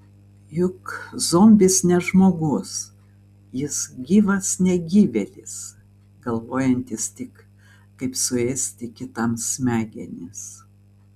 juk zombis ne žmogus jis gyvas negyvėlis galvojantis tik kaip suėsti kitam smegenis